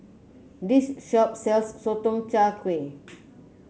this shop sells Sotong Char Kway